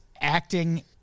acting